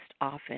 often